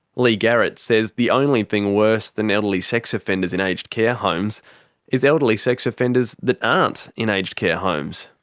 leigh garrett says the only thing worse than elderly sex offenders in aged care homes is elderly sex offenders that aren't in aged care homes.